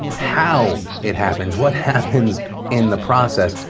how it happens, what happens in the process,